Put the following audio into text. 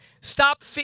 Stop